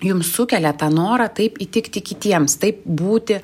jums sukelia tą norą taip įtikti kitiems taip būti